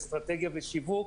אסטרטגיה ושיווק,